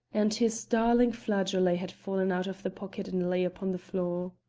and his darling flageolet had fallen out of the pocket and lay upon the floor.